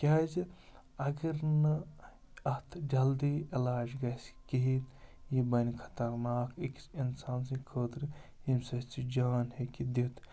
کیٛازِ اگر نہٕ اَتھ جلدی علاج گژھِ کِہیٖنۍ یہِ بَنہِ خطرناک أکِس اِنسان سٕنٛدِ خٲطرٕ ییٚمہِ سۭتۍ سُہ جان ہیٚکہِ دِتھ